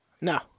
No